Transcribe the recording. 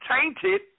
tainted